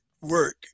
work